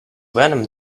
venom